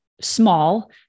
small